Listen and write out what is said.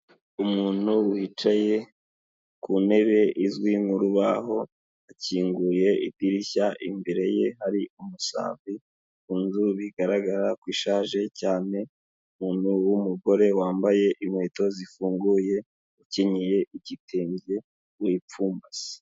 Umuntu wicaye ku ntebe izwi mu rubaho, akinguye idirishya imbere ye hari umusambi, I nzu bigaragara ko ishaje cyane, umuntu w'umugore wambaye inkweto zifunguye ukenyeye igitenge wipfumbase.